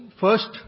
first